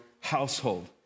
household